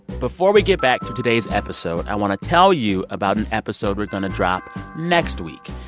before we get back to today's episode, i want to tell you about an episode we're going to drop next week.